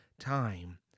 time